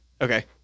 Okay